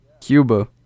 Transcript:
Cuba